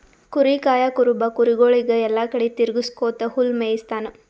ಕುರಿ ಕಾಯಾ ಕುರುಬ ಕುರಿಗೊಳಿಗ್ ಎಲ್ಲಾ ಕಡಿ ತಿರಗ್ಸ್ಕೊತ್ ಹುಲ್ಲ್ ಮೇಯಿಸ್ತಾನ್